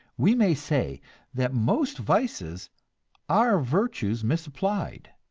we may say that most vices are virtues misapplied.